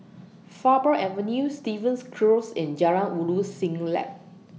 Faber Avenue Stevens Close and Jalan Ulu Siglap